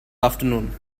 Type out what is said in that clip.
afternoon